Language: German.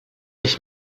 ich